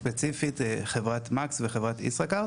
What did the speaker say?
ספציפית חברת מקס וחברת ישראכרט.